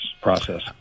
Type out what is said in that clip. process